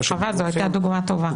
חבל, זו הייתה דוגמה טובה.